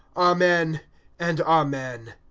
amen and amen.